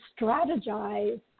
strategize